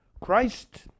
Christ